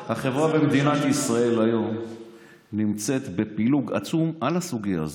החברה במדינה ישראל היום נמצאת בפילוג עצום על הסוגיה הזאת.